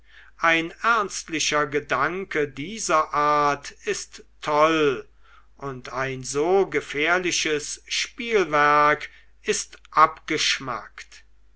ein ernstlicher gedanke dieser art ist toll und ein so gefährliches spielwerk abgeschmackt